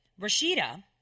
Rashida